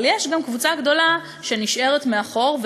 אבל יש גם קבוצה גדולה שנשארת מאחור,